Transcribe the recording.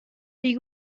wie